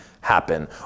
happen